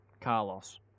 Carlos